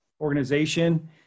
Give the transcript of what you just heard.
organization